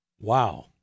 Wow